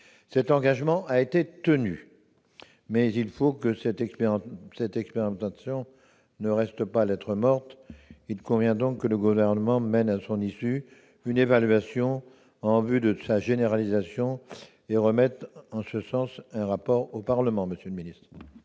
Cet engagement a été tenu, mais il faut que cette expérimentation ne reste pas lettre morte. Il convient donc que le Gouvernement mène, à son issue, une évaluation en vue de sa généralisation et remette en ce sens un rapport au Parlement. Quel est